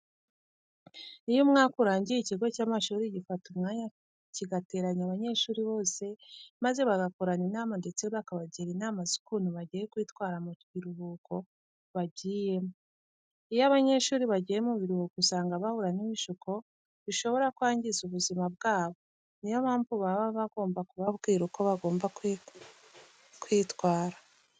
Iyo umwaka urangiye ikigo cy'amashuri gifata umwanya kigateranya abanyeshuri bose maze bagakorana inama ndetse bakabagira inama z'ukuntu bagiye kwitwara mu biruhuko bagiyemo. Iyo abanyeshuri bagiye mu biruhuko usanga bahura n'ibishuko bishobora kwangiza ubuzima bwabo, niyo mpamvu baba bagomab kubabwira uko bagomba kwitwara.